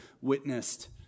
witnessed